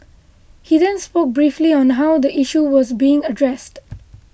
he then spoke briefly on how the issue was being addressed